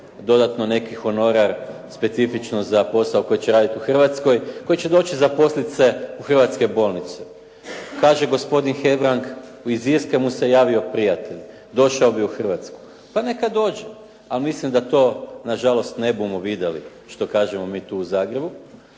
dodatno neki honorar specifično za posao koji će raditi u Hrvatskoj koji će doći zaposliti se u hrvatske bolnice. Kaže gospodin Hebrang, iz Irske mu se javio prijatelj, došao bi u Hrvatsku. Pa neka dođe, ali mislim da to nažalost "ne bumo videli", što kažemo mi tu u Zagrebu.